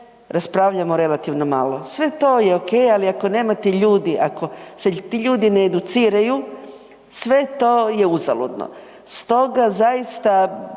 raspravljamo relativno malo. Sve je to ok, ali ako nemate ljudi, ako se ti ljudi ne educiraju sve je to uzaludno. Stoga zaista